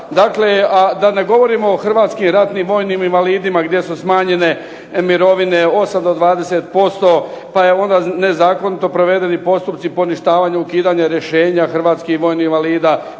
Dakle, da ne govorimo o Hrvatskim ratnim vojnim invalidima gdje su smanjene mirovine 8 do 20%, pa je onda nezakonito provedeni postupci poništavanje ukidanje rješenja Hrvatskih vojnih invalida,